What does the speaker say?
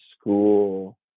school